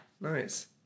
nice